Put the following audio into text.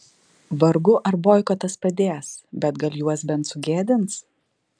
vargu ar boikotas padės bet gal juos bent sugėdins